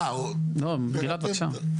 גלעד, בבקשה.